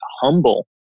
humble